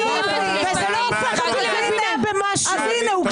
וזה לא הופך אותך למבינה במשהו.